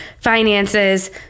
finances